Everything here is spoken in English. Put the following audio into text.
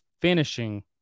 finishing